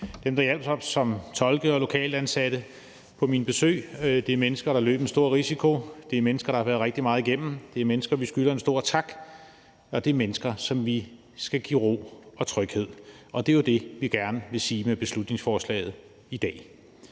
dem, der hjalp os som tolke og lokalt ansatte, på mine besøg. Det er mennesker, der har løbet en stor risiko, det er mennesker, der har været rigtig meget igennem, det er mennesker, vi skylder en stor tak, og det er mennesker, som vi skal give ro og tryghed, og det er jo det, vi gerne vil sige med beslutningsforslaget i dag.